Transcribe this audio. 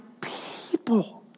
people